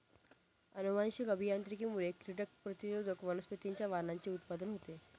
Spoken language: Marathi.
अनुवांशिक अभियांत्रिकीमुळे कीटक प्रतिरोधक वनस्पतींच्या वाणांचे उत्पादन होते